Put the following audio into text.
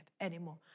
anymore